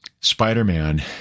Spider-Man